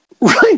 Right